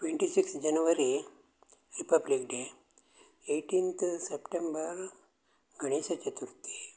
twenty sixth January republic day eighteenth September Ganesha Chaturthi